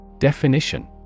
Definition